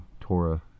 Torah